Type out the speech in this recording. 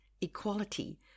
equality